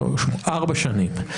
ארבע שנים.